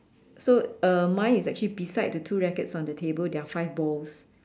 so uh mine is actually beside the two rackets on the table there are five balls